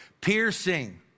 piercing